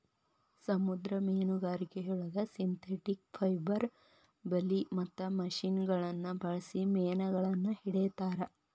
ಸಮುದ್ರ ಮೇನುಗಾರಿಕೆಯೊಳಗ synthetic fibre ಬಲಿ ಮತ್ತ ಮಷಿನಗಳನ್ನ ಬಳ್ಸಿ ಮೇನಗಳನ್ನ ಹಿಡೇತಾರ